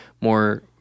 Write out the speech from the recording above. more